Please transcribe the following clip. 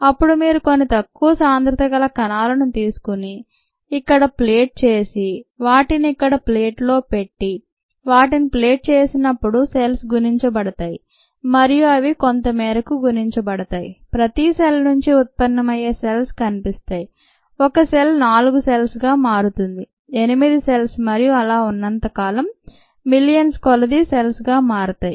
అప్పుడు మీరు కొన్ని తక్కువ సాంద్రత గల కణాలను తీసుకొని ఇక్కడ ప్లేట్ చేసి వాటిని ఇక్కడ ప్లేటులో పెట్టి వాటిని ప్లేట్ చేసినప్పుడు సెల్స్ గుణించబడతాయి మరియు అవి కొంత మేరకు గుణించబడతాయి ప్రతి సెల్ నుండి ఉత్పన్నమయ్యే సెల్స్ కనిపిస్తాయి ఒక సెల్ నాలుగు సెల్స్ గా మారుతుంది ఎనిమిది సెల్స్ మరియు అలా ఉన్నంత కాలం మిలియన్ల కొలదీ సెల్స్ గా మారతాయి